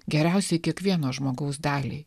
geriausiai kiekvieno žmogaus daliai